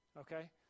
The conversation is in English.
Okay